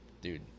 dude